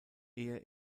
ehe